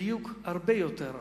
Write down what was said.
בדיוק הרבה יותר רב.